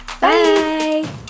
Bye